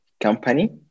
company